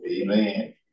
Amen